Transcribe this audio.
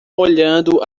olhando